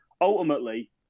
ultimately